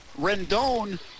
Rendon